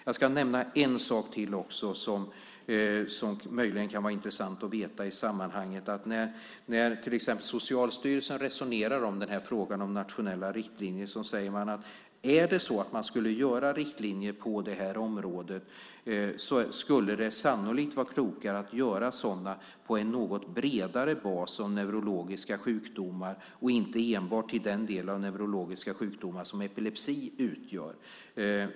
Jag ska nämna en sak till som möjligen kan vara intressant att veta i sammanhanget. När till exempel Socialstyrelsen resonerar om frågan om nationella riktlinjer säger man att om man skulle utforma riktlinjer på detta område skulle det sannolikt vara klokare att göra sådana på en något bredare bas av neurologiska sjukdomar och inte enbart när det gäller den delen av neurologiska sjukdomar som epilepsi utgör.